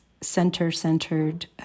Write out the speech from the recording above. center-centered